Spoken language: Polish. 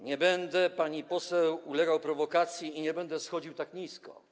Nie będę, pani poseł, ulegał prowokacji i nie będę schodził tak nisko.